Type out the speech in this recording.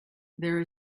there